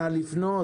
נא לפנות?